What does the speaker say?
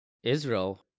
Israel